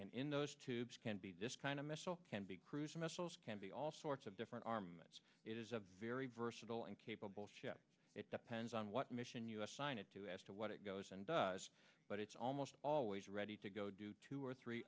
and in those tubes can be this kind of missile can be cruise missiles can be all sorts of different arm it is a very versatile and capable ship it depends on what mission u s sign it to as to what it goes and does but it's almost always ready to go do two or three